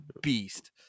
beast